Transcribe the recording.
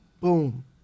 Boom